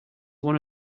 one